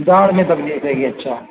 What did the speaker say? داڑھ میں تکلیف گے گی اچھا